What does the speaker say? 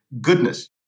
goodness